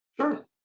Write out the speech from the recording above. Sure